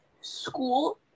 school